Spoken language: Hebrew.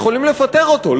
יכולים לפטר אותו,